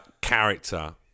character